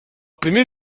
primer